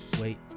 Wait